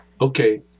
okay